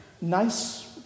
nice